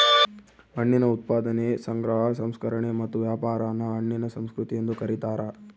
ಹಣ್ಣಿನ ಉತ್ಪಾದನೆ ಸಂಗ್ರಹ ಸಂಸ್ಕರಣೆ ಮತ್ತು ವ್ಯಾಪಾರಾನ ಹಣ್ಣಿನ ಸಂಸ್ಕೃತಿ ಎಂದು ಕರೀತಾರ